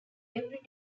every